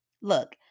Look